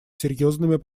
серьезными